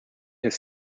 his